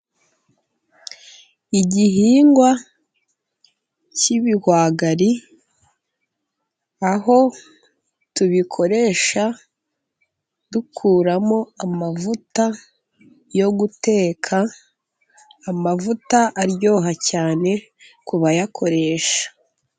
Igihingwa cy'ibigwagari aho tubikoresha dukuramo amavuta yo guteka, amavuta aryoha cyane ku bayakoresha.